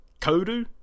Kodu